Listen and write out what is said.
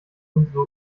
unsere